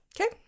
Okay